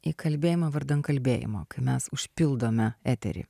į kalbėjimą vardan kalbėjimo mes užpildome eterį